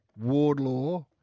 Wardlaw